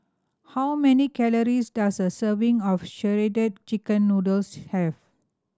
how many calories does a serving of Shredded Chicken Noodles have